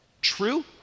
true